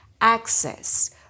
access